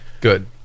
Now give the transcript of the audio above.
good